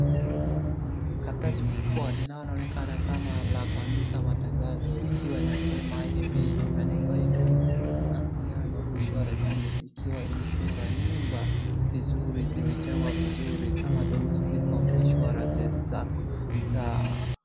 Karatasi kubwa linalo onekana kama la kuandika matangazo, ikiwa inasema hivi, imeandikwa ivi, Anziano Insurance Agency ikiwa imechorwa nyumba vizuri, zimejengwa vizuri kama domestic home insurance zake.